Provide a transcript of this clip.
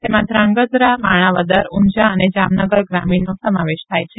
તેમાં ધ્રાંગધ્રા માણાવદર ઉંઝા ને જામનગર ગ્રામીણનો સમાવેશ થાય છે